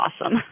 awesome